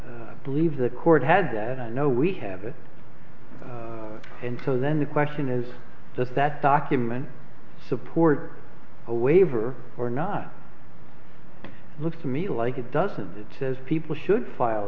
i believe the court had that i know we have it and so then the question is that that document support a waiver or not looks to me like it doesn't that people should file